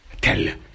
tell